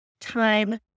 time